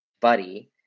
Buddy